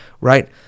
right